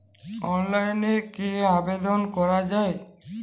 অনলাইনে কি আবেদন করা য়ায়?